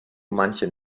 manchen